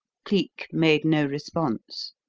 cleek made no response.